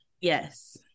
yes